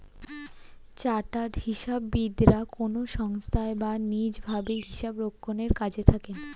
chartered হিসাববিদরা কোনো সংস্থায় বা নিজ ভাবে হিসাবরক্ষণের কাজে থাকেন